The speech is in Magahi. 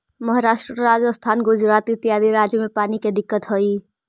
महाराष्ट्र, राजस्थान, गुजरात इत्यादि राज्य में पानी के दिक्कत हई